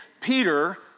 Peter